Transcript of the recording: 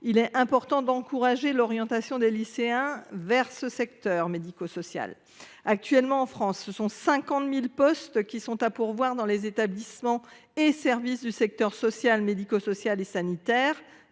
il est important d’encourager l’orientation des lycéens vers ce secteur. Actuellement, 50 000 postes sont à pourvoir dans les établissements et services des secteurs social, médico social et sanitaire,